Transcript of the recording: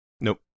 Nope